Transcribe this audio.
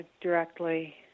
Directly